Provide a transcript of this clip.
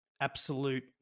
absolute